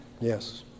Yes